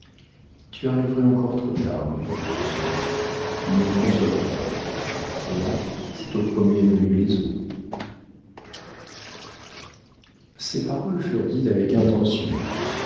tu arriverais encore trop tard mon pauvre enfant mais console-toi là c'est au premier venu les os ces paroles furent dites avec intention